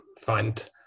find